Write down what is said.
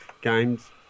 games